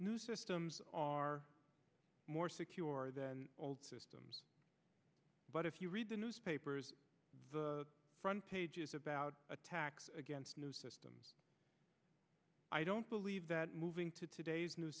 new systems are more secure than old systems but if you read the newspapers the front page is about attacks against new systems i don't believe that moving to today's new